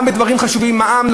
גם בדברים חשובים ממע"מ,